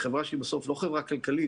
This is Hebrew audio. בחברה שהיא בסוף לא חברה כלכלית,